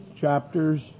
chapters